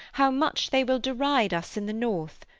how much they will deride us in the north,